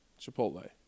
chipotle